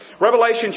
Revelation